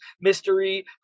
mystery